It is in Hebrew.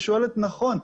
ושואלת נכון,